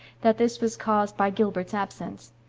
that this was caused by gilbert's absence.